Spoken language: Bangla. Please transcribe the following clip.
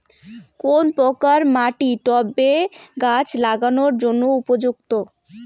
কোন প্রকার মাটি টবে গাছ লাগানোর জন্য উপযুক্ত?